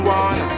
one